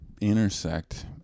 intersect